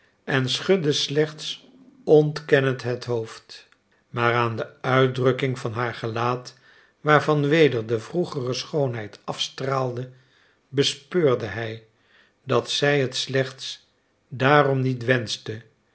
en schudde slechts ontkennend het hoofd maar aan de uitdrukking van haar gelaat waarvan weder de vroegere schoonheid afstraalde bespeurde hij dat zij het slechts daarom niet wenschte